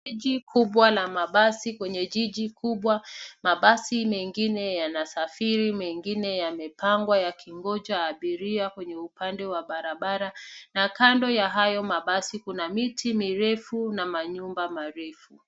Miji kubwa la mabasi kwenye jiji kubwa. Mabasi mengine yanasafiri ,mengine yamepangwa yakingoja abiria kwenye upande wa barabara na kando ya hayo mabasi kuna miti mirefu na manyumba marefu.